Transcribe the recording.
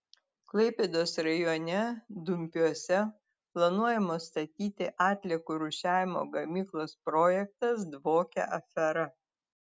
klaipėdos rajone dumpiuose planuojamos statyti atliekų rūšiavimo gamyklos projektas dvokia afera